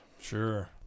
Sure